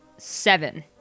Seven